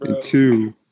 two